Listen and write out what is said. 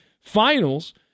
Finals